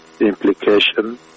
implication